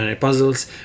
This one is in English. puzzles